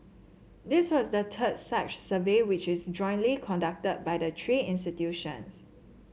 this was the third such survey which is jointly conducted by the three institutions